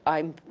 i'm,